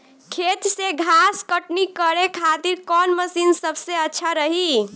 खेत से घास कटनी करे खातिर कौन मशीन सबसे अच्छा रही?